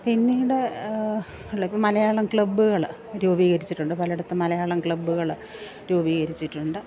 പിന്നീട് ഇപ്പോള് മലയാളം ക്ലബ്ബുകള് രൂപീകരിച്ചിട്ടുണ്ട് പലയിടത്തും മലയാളം ക്ലബ്ബുകള് രൂപീകരിച്ചിട്ടുണ്ട്